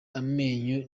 amenyo